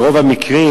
ברוב המקרים,